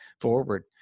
forward